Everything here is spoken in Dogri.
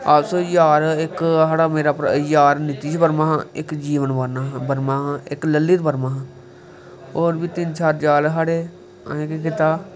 अस यार इक साढ़ा यार नितिश वर्मा दा इक जीवन वर्मा हा इक ललित बर्मा हा होर बी तिन्न चार यार साढ़े असैं केह् कीता